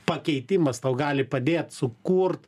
pakeitimas tau gali padėt sukurt